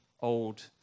old